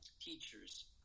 teachers